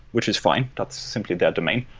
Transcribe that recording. which is fine. that's simply their domain.